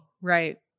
Right